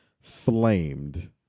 flamed